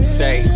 say